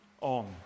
on